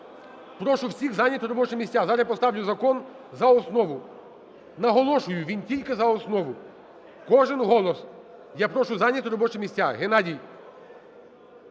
Прошу всіх зайняти робочі місця. Зараз я поставлю закон за основу, наголошую, він тільки за основу. Кожен голос... Я прошу зайняти робочі місця, Геннадій.